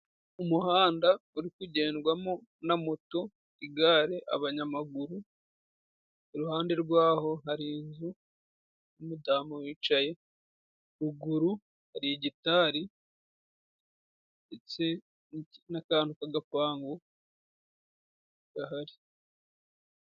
Umuhanda uri kugendwamo na moto, igare. abanyamaguru, iruhande rwaho hari inzu, umudamu wicaye, ruguru hari gitari ndetse n'akantu k'agapangu gahari.